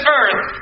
earth